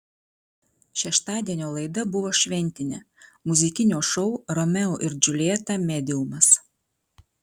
šeštadienio laida buvo šventinė muzikinio šou romeo ir džiuljeta mediumas